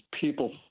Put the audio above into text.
people